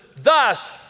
thus